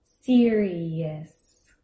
serious